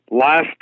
Last